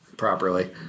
properly